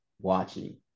watching